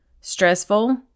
stressful